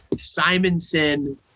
Simonson